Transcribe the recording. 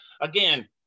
again –